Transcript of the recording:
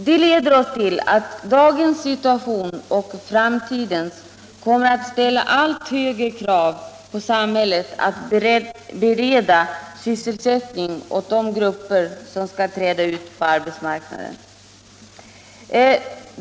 Det leder oss till slutsatsen att dagens situation och framtidens kommer att ställa allt högre krav på samhället när det gäller att bereda sysselsättning åt de grupper som skall träda ut på arbetsmarknaden.